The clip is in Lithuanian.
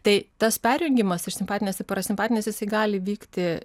tai tas perjungimas iš simpatinės į parasimpatinę jisai gali vykti